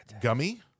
gummy